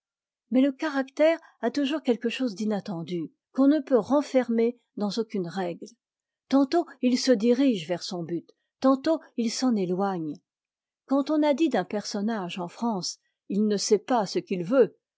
mais le caractère a toujours quelque chose d'inattendu qu'on ne peut renfermer dans aucune règle tantôt il se dirige vers son but tantôt il s'en éloigne quand on a dit d'un personnage en france i ne sait pas ce qu'il veut